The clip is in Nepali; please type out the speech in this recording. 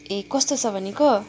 ए कस्तो छ भनेको